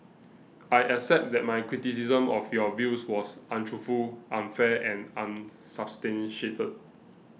I accept that my criticism of your views was untruthful unfair and unsubstantiated